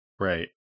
Right